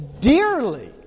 dearly